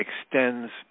extends